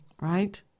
right